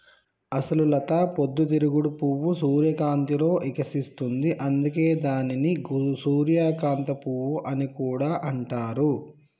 అసలు లత పొద్దు తిరుగుడు పువ్వు సూర్యకాంతిలో ఇకసిస్తుంది, అందుకే దానిని సూర్యకాంత పువ్వు అని కూడా అంటారు